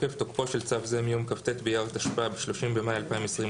תוקף 2. תוקפו של צו זה מיום כ"ט באייר התשפ"ב (30 במאי 2022)